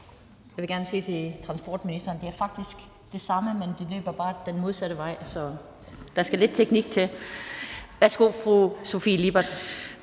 Jeg vil gerne sige til transportministeren, at det faktisk er det samme ur, men at det bare løber den modsatte vej. Så der skal lidt teknik til. Værsgo til fru Sofie Lippert.